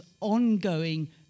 ongoing